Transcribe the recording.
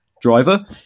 driver